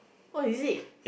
oh is it